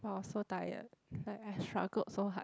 I was so tired like I struggled so hard